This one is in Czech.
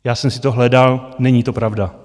Já jsem si to hledal, není to pravda.